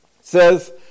says